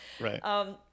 Right